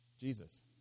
Jesus